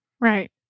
Right